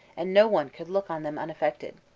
and no one could look on them unaffected.